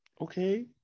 Okay